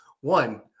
One